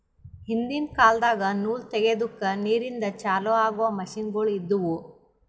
ಹಿಂದಿನ್ ಕಾಲದಾಗ ನೂಲ್ ತೆಗೆದುಕ್ ನೀರಿಂದ ಚಾಲು ಆಗೊ ಮಷಿನ್ಗೋಳು ಇದ್ದುವು